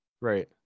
right